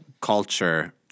culture